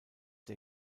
der